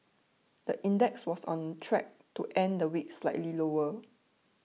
the index was on track to end the week slightly lower